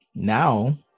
Now